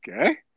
okay